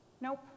Nope